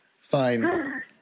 fine